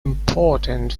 important